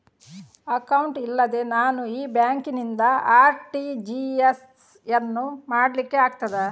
Account ಇಲ್ಲದೆ ನಾನು ಈ ಬ್ಯಾಂಕ್ ನಿಂದ ಆರ್.ಟಿ.ಜಿ.ಎಸ್ ಯನ್ನು ಮಾಡ್ಲಿಕೆ ಆಗುತ್ತದ?